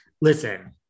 Listen